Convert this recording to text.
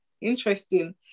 interesting